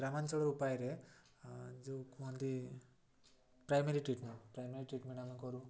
ଗ୍ରାମାଞ୍ଚଳ ଉପାୟରେ ଯେଉଁ କୁହନ୍ତି ପ୍ରାଇମେରୀ ଟ୍ରିଟମେଣ୍ଟ ପ୍ରାଇମେରୀ ଟ୍ରିଟମେଣ୍ଟ ଆମେ କରୁ